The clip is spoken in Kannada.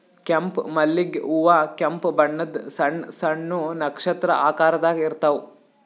ಕೆಂಪ್ ಮಲ್ಲಿಗ್ ಹೂವಾ ಕೆಂಪ್ ಬಣ್ಣದ್ ಸಣ್ಣ್ ಸಣ್ಣು ನಕ್ಷತ್ರ ಆಕಾರದಾಗ್ ಇರ್ತವ್